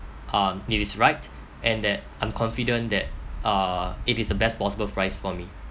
um it is right and that I'm confident that uh it is the best possible price for me